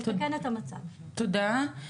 תודה.